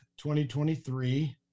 2023